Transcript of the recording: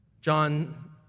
John